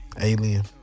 Alien